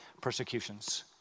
persecutions